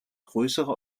größere